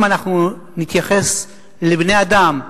אם אנחנו נתייחס לבני-אדם,